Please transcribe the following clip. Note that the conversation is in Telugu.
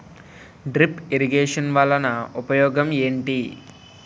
డ్రిప్ ఇరిగేషన్ వలన ఉపయోగం ఏంటి